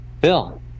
Bill